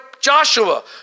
Joshua